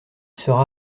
sera